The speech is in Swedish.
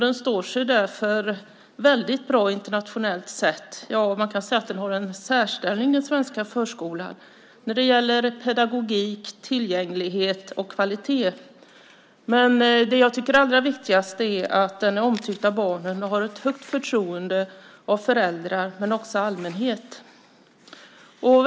Den står sig därför väldigt bra internationellt sett. Man kan säga att den svenska förskolan har en särställning när det gäller pedagogik, tillgänglighet och kvalitet. Det som jag tycker är allra viktigast är att den är omtyckt av barnen och att föräldrar och allmänhet har ett stort förtroende för den.